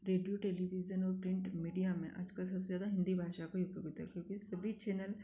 video television और print media में आजकल सबसे ज़्यादा हिंदी भाषा का ही उपयोग होता है क्योंकि सभी चैनल